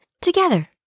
together